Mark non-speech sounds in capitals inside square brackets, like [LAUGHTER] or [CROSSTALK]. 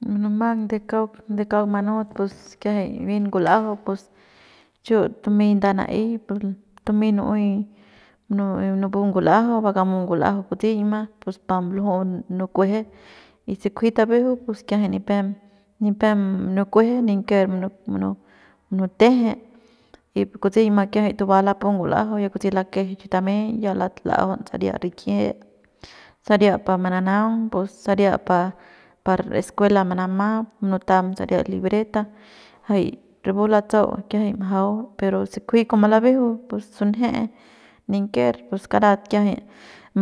Munumang de kauk manut pus kiajay jay bien [NOISE] ngul'ajau pus chu tumey nda na'ey tumey nu'uey munubu ngul'ajau bakamu ngul'au kutseiñma pus pa munuju nukueje y se kunji tabejeu pus kiajay ni pem nipem munukueje niken nipep munu munuteje y kutseiñma kiajay tuba lapu ngul'ajau ya kutse lake chi tameiñ ya ya la'ajaun saria rik'ie saria pa mananaung pus saria pa par escuela manama munutam saria libreta jay rapu latsa'au kiajay bajau pero se kunji kua malabejeu pus sunje'e ninker pus karat kiajay